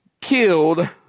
killed